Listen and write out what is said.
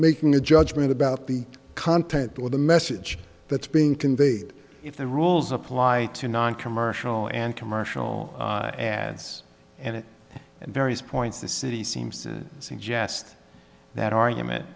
making a judgment about the content or the message that's being conveyed if the rules apply to noncommercial and commercial ads and it and various points the city seems to suggest that argument